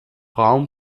raum